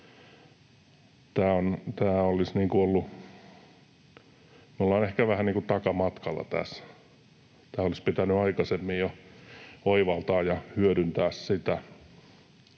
vähän niin kuin takamatkalla tässä. Tämä olisi pitänyt aikaisemmin jo oivaltaa ja hyödyntää sitä.